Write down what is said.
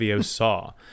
saw